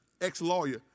ex-lawyer